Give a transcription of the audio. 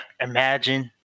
Imagine